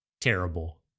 terrible